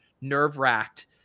nerve-wracked